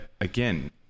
again